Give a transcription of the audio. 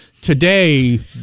Today